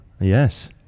yes